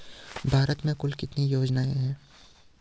भारत में कुल कितनी योजनाएं हैं?